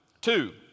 Two